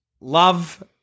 love